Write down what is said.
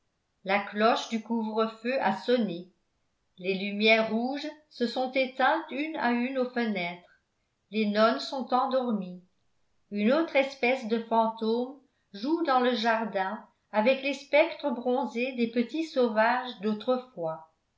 la cloche du couvre-feu a sonné les lumières rouges se sont éteintes une à une aux fenêtres les nonnes sont endormies une autre espèce de fantômes joue dans le jardin avec les spectres bronzés des petits sauvages d'autrefois